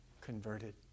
converted